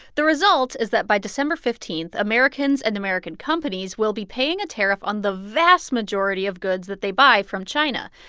the result is that by december fifteen, americans and american companies will be paying a tariff on the vast majority of goods that they buy from china.